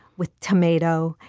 with tomato.